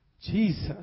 Jesus